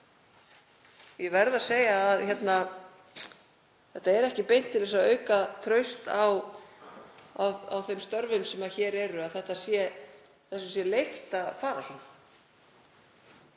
Ég verð að segja að það er ekki beint til að auka traust á þeim störfum sem hér fara fram að þessu sé leyft að fara svona.